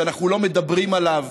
ואנחנו לא מדברים עליו,